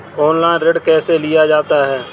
Online ऋण कैसे लिया जाता है?